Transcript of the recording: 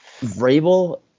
Vrabel